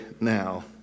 now